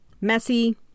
Messy